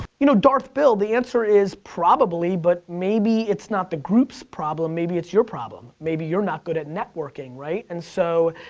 you know, darth bill, the answer is probably, but maybe it's not the group's problem, maybe it's your problem. maybe you're not good at networking, right? and so,